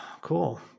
Cool